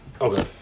Okay